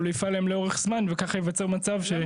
אבל הוא יפעל לאורך זמן וכך ייווצר מצב --- זה